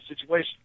situation